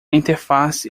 interface